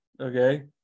okay